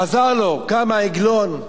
עזר לו, קם העגלון,